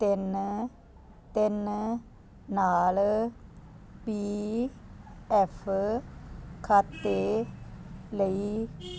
ਤਿੰਨ ਤਿੰਨ ਨਾਲ ਪੀ ਐੱਫ ਖਾਤੇ ਲਈ